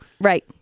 Right